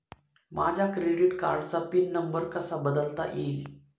माझ्या क्रेडिट कार्डचा PIN number कसा बदलता येईल?